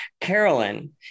Carolyn